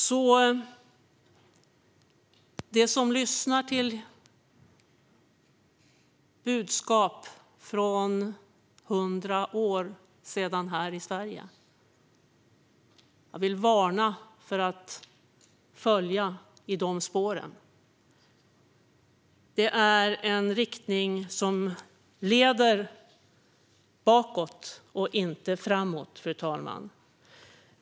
Jag vill varna dem som lyssnar på budskapen från för 100 år sedan i Sverige för att följa i dessa spår. Det är en riktning som leder bakåt och inte framåt, fru talman.